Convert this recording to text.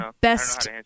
best